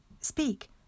Speak